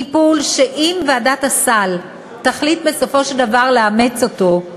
טיפול שאם ועדת הסל תחליט בסופו של דבר לאמץ אותו,